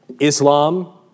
Islam